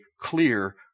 clear